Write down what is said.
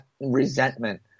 resentment